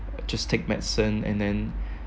just take medicine and then